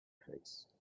face